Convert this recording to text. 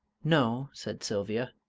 no, said sylvia,